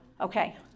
Okay